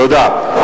תודה.